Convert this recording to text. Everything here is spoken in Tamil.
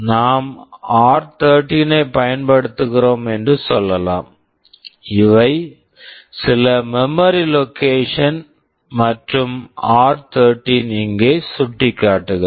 நாம் ஆர்13 r13 ஐப் பயன்படுத்துகிறோம் என்று சொல்லலாம் இவை சில மெமரி லொகேஷன்கள் memory locations மற்றும் ஆர்13 r13 இங்கே சுட்டிக்காட்டுகிறது